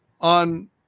on